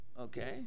okay